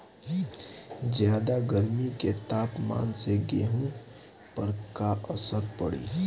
ज्यादा गर्मी के तापमान से गेहूँ पर का असर पड़ी?